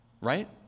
right